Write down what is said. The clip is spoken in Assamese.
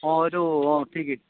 অঁ এইটো অঁ ঠিকেই